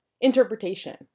interpretation